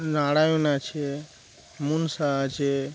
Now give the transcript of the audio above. নারায়ণ আছে মনসা আছে